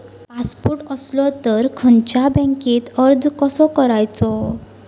Passport असलो तर खयच्या बँकेत अर्ज कसो करायचो?